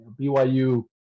BYU